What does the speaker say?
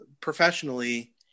professionally